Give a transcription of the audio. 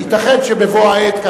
ייתכן שבבוא העת,